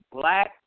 black